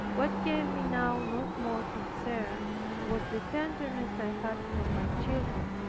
what gave me now no small concern was the tenderness i had for my children,